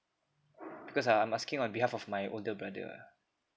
because ah I'm asking on behalf of my older brother ah